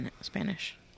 Spanish